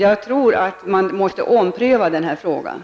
Jag tror att denna fråga måste omprövas.